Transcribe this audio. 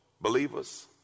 believers